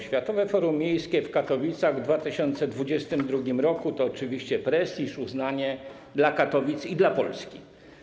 Światowe Forum Miejskie w Katowicach w 2022 r. to oczywiście prestiż, uznanie dla Katowic i dla Polski.